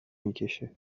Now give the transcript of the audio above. میکشه